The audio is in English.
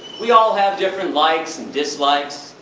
we all have different likes and dislikes,